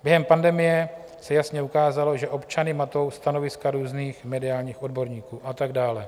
Během pandemie se jasně ukázalo, že občany matou stanoviska různých mediálních odborníků atd.